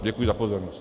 Děkuji za pozornost.